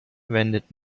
wendet